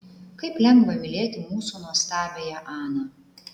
kaip lengva mylėti mūsų nuostabiąją aną